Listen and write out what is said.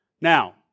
Now